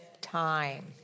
time